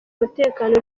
umutekano